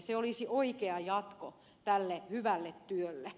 se olisi oikea jatko tälle hyvälle työlle